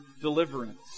deliverance